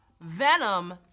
Venom